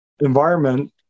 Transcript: environment